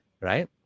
right